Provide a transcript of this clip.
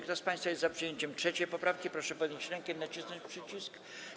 Kto z państwa jest za przyjęciem 3. poprawki, proszę podnieść rękę i nacisnąć przycisk.